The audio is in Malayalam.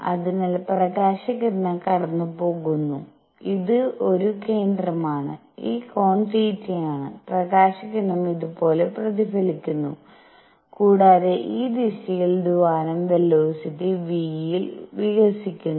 അതിനാൽ പ്രകാശകിരണം കടന്നുപോകുന്നു ഇത് ഒരു കേന്ദ്രമാണ് ഈ കോൺ തീറ്റയാണ് പ്രകാശകിരണം ഇതുപോലെ പ്രതിഫലിക്കുന്നു കൂടാതെ ഈ ദിശയിൽ ദ്വാരം വേലോസിറ്റി v യിൽ വികസിക്കുന്നു